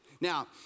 Now